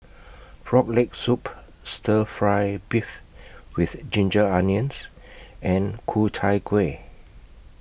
Frog Leg Soup Stir Fry Beef with Ginger Onions and Ku Chai Kueh